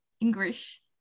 English